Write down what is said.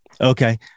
Okay